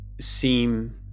Seem